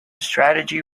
strategy